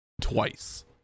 twice